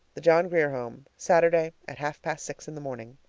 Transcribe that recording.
the john grier home, saturday at half-past six in the morning!